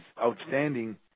outstanding